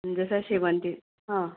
जसं शेवंती हं